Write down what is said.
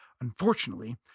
Unfortunately